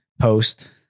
post